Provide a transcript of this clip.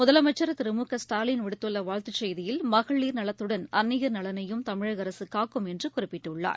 முதலமைச்சரதிருமுகஸ்டாலின் விடுத்துள்ளவாழ்த்துச் செய்தியில் மகளிர் நலத்துடன் அன்னையர் நலனையும் தமிழகஅரசுகாக்கும் என்றுகுறிப்பிட்டுள்ளார்